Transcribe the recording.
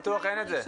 בפתוח אין את זה.